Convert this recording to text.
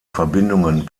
verbindungen